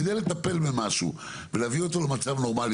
כדי לטפל במשהו ולהביא אותו למצב נורמלי